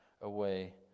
away